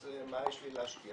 אז מה יש לי להשקיע?